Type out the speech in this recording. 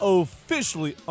officially